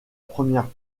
première